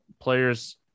players